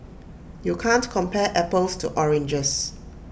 you can't compare apples to oranges